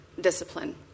discipline